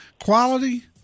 quality